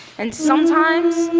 and sometimes,